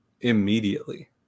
immediately